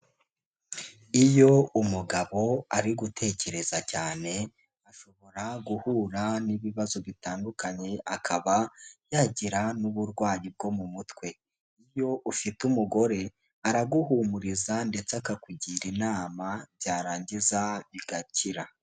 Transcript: Iyo umugabo ari gutekereza cyane ashobora guhura n'ibibazo bitandukanye akaba yagira n'uburwayi bwo mu mutwe, iyo ufite umugore araguhumuriza ndetse akakugira inama byarangiza bigakira.